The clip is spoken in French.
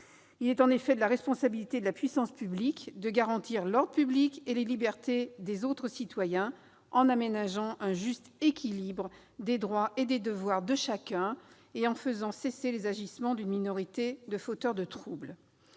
Il est en effet de la responsabilité de la puissance publique de garantir l'ordre public et les libertés des autres citoyens, en aménageant un juste équilibre des droits et des devoirs de chacun et en faisant cesser les agissements d'une minorité de fauteurs de troubles.